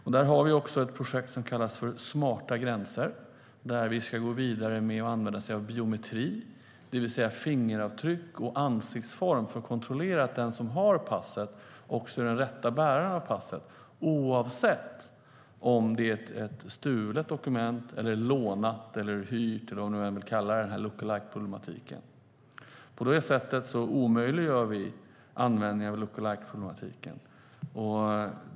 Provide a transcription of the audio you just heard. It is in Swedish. Inom EU har vi också ett projekt som kallas Smarta gränser som handlar om att använda biometri, det vill säga fingeravtryck och ansiktsform, för att kontrollera att den som har passet också är den rätta bäraren av passet - oavsett om dokumentet är stulet, lånat eller hyrt, eller vad vi nu vill kalla lookalike-problematiken. På detta sätt omöjliggör vi lookalike-användningen.